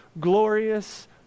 glorious